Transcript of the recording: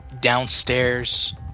downstairs